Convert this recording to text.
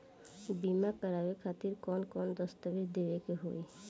बीमा करवाए खातिर कौन कौन दस्तावेज़ देवे के होई?